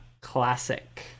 Classic